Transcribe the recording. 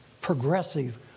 progressive